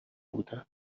بودند